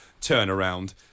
turnaround